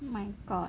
oh my god